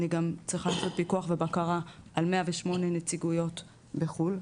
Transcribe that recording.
אני גם צריכה לעשות פיקוח ובקרה על 108 נציגויות בחו"ל,